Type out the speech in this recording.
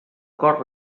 cort